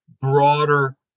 broader